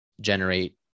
generate